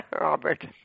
Robert